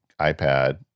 iPad